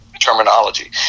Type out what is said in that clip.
terminology